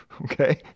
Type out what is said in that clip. okay